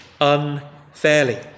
unfairly